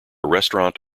restaurant